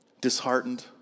Disheartened